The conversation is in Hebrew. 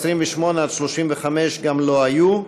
28 עד 30, גם לא היו.